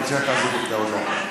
בבקשה תעזוב את האולם.